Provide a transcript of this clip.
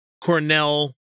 cornell